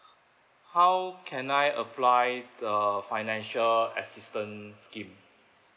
how can I apply the financial assistance scheme